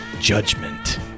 judgment